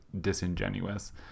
disingenuous